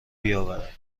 بیاورید